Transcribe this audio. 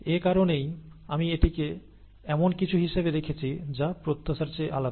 একারণেই আমি এটিকে এমন কিছু হিসাবে রেখেছি যা প্রত্যাশার চেয়ে আলাদা